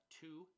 two